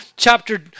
chapter